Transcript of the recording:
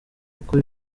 uko